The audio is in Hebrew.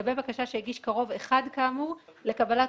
לגבי בקשה שהגיש קרוב אחד כאמור לקבלת